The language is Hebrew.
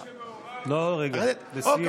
אני חושב שמי שמעורב, מי שלא מעורב, לסיום,